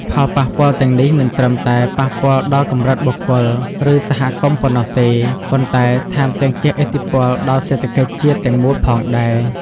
ផលប៉ះពាល់ទាំងនេះមិនត្រឹមតែប៉ះពាល់ដល់កម្រិតបុគ្គល ឬសហគមន៍ប៉ុណ្ណោះទេ ប៉ុន្តែថែមទាំងជះឥទ្ធិពលដល់សេដ្ឋកិច្ចជាតិទាំងមូលផងដែរ។